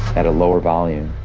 at a lower volume.